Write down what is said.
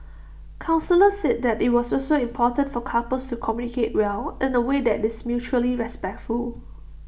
counsellors said IT was also important for couples to communicate well in away that is mutually respectful